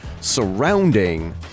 surrounding